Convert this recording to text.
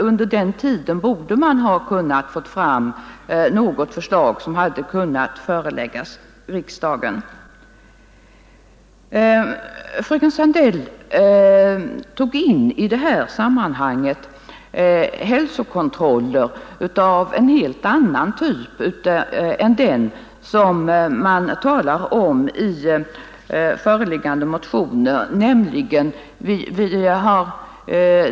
Under den tiden borde utredningen ha hunnit få fram något förslag som kan föreläggas riksdagen. Fröken Sandell drog i detta sammanhang in frågan om hälsokontroller av en helt annan typ än den som avses i föreliggande motioner.